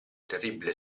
terribile